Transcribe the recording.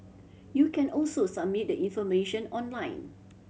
you can also submit the information online